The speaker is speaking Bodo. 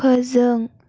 फोजों